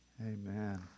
Amen